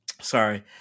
sorry